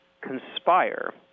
conspire